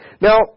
Now